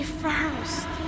first